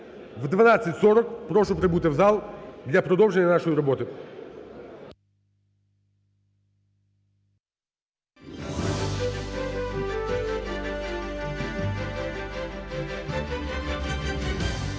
О 12:40 прошу прибути в зал для продовження нашої роботи.